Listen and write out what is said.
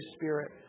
Spirit